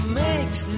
makes